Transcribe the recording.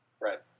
Right